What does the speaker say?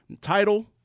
Title